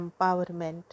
empowerment